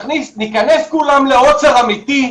ניכנס כולם לעוצר אמיתי,